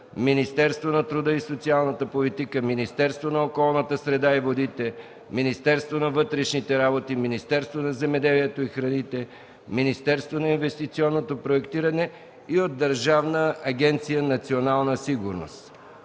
Министерството на труда и социалната политика, Министерството на околната среда и водите, Министерството на вътрешните работи, Министерството на земеделието и храните, Министерството на инвестиционното проектиране и от Държавна агенция „Национална сигурност”.